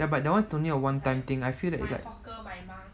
ya but then that one is only a one time thing I feel that it's like